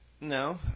No